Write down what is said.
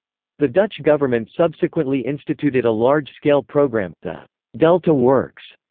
the dutch government subsequently instituted a large-scale programme, the delta works,